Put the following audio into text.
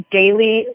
daily